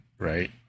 Right